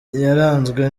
yaranzwe